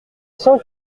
cent